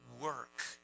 work